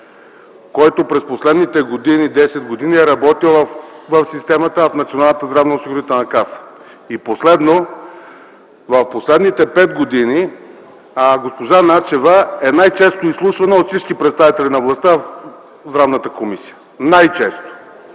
който през последните десет години е работил в системата на Националната здравноосигурителна каса. Последно, в последните пет години госпожа Начева е най често изслушвана от всички представители на властта в Здравната комисия. Най често,